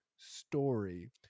story